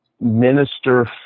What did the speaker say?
minister